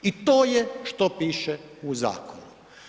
I to je što piše u zakonu.